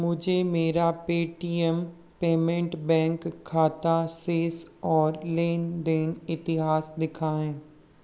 मुझे मेरा Paytm payment bank खाता शेष और लेन देन इतिहास दिखाएँ